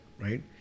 right